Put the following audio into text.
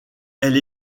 elle